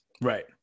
Right